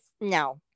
no